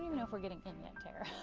know if we're getting in yet tara.